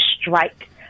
strike